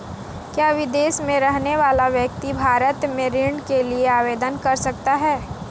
क्या विदेश में रहने वाला व्यक्ति भारत में ऋण के लिए आवेदन कर सकता है?